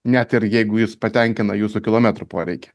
net ir jeigu jus patenkina jūsų kilometrų poreikį